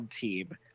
team